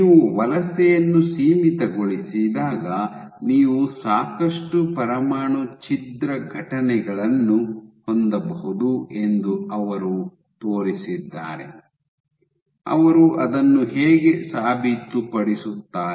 ನೀವು ವಲಸೆಯನ್ನು ಸೀಮಿತಗೊಳಿಸಿದಾಗ ನೀವು ಸಾಕಷ್ಟು ಪರಮಾಣು ಛಿದ್ರ ಘಟನೆಗಳನ್ನು ಹೊಂದಬಹುದು ಎಂದು ಅವರು ತೋರಿಸಿದ್ದಾರೆ ಅವರು ಅದನ್ನು ಹೇಗೆ ಸಾಬೀತುಪಡಿಸುತ್ತಾರೆ